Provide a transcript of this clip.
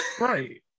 Right